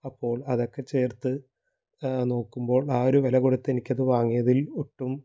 അപ്പോൾ അതൊക്കെ ചേർത്ത് നോക്കുമ്പോൾ ആ ഒരു വില കൊടുത്ത് എനിക്ക് അതു വാങ്ങിയതിൽ ഒട്ടും